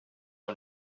own